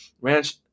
ranch